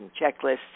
checklists